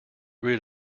rid